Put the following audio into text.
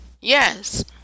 yes